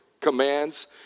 commands